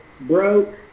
broke